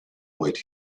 ooit